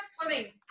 swimming